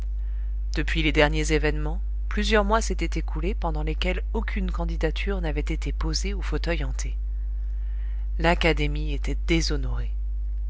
depuis les derniers événements plusieurs mois s'étaient écoulés pendant lesquels aucune candidature n'avait été posée au fauteuil hanté l'académie était déshonorée